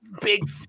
Big